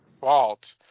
fault